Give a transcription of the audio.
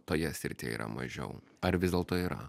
toje srityje yra mažiau ar vis dėlto yra